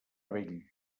bell